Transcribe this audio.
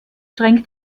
schränke